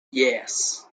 yes